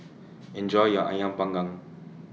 Enjoy your Ayam Panggang